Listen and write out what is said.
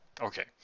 Okay